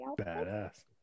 Badass